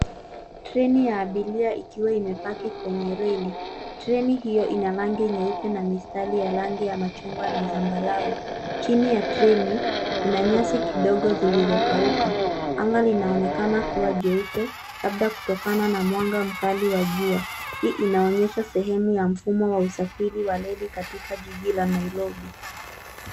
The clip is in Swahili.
Treni ya abiria ikiwa imepaki kenye reli. Treni hiyo ina rangi nyeupe na mistari ya rangi ya machungwa na zambarau. Chini ya treni, kuna nyasi kidogo zilizokauka. Anga linaonekana kuwa jeupe labda kutokana na mwanga mkali wa jua. Hii inaonyesha sehemu ya mfumo wa usafiri wa reli katika jiji la Nairobi.